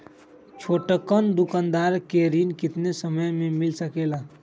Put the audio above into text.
छोटकन दुकानदार के ऋण कितने समय मे मिल सकेला?